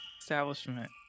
establishment